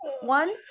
one